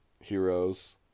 Heroes